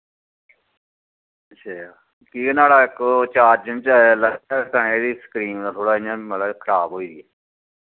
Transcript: अच्छा कि के नुआढ़ा इक ओह् चार्जर इदी स्क्रीन ते थोह्ड़ा इ'य्यां मतलब खराब होई दी